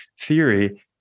theory